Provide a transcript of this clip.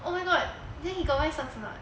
oh my god then he got wear socks or not